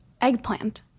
Eggplant